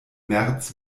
märz